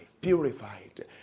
purified